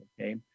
okay